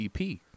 ep